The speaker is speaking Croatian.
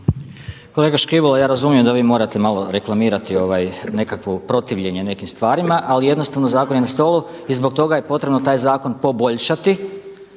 Kolega Škibola, ja razumijem da vi morate malo reklamirati nekakvo protivljenje nekim stvarima ali jednostavno zakon je na stolu i zbog toga je potrebno taj zakon poboljšati.